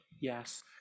Yes